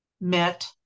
met